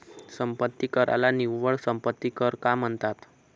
संपत्ती कराला निव्वळ संपत्ती कर का म्हणतात?